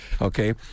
Okay